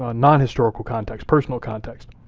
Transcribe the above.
ah non-historical context, personal context.